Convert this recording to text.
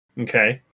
Okay